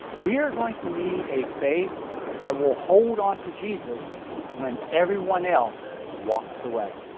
we are going to need a faith that will hold onto jesus when everyone else walks away.